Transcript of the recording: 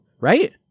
right